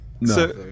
No